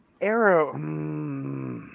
arrow